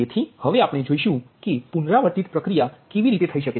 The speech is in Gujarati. તેથી હવે આપણે જોઈશું કે પુનરાવર્તિત પ્રક્રિયા કેવી રીતે થઇ શકે